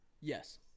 Yes